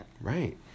right